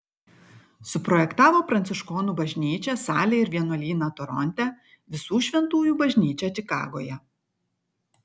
suprojektavo pranciškonų bažnyčią salę ir vienuolyną toronte visų šventųjų bažnyčią čikagoje